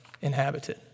inhabited